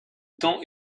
temps